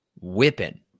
whipping